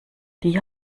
die